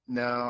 no